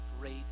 great